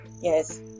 yes